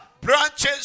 branches